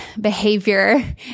behavior